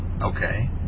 Okay